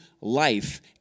life